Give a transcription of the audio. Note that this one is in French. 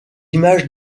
images